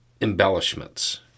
embellishments